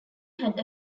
had